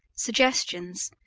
suggestions,